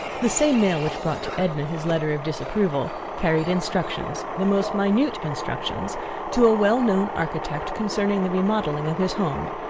the same mail which brought to edna his letter of disapproval carried instructions the most minute instructions to a well-known architect concerning the remodeling of his home,